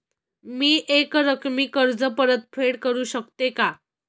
मी एकरकमी कर्ज परतफेड करू शकते का?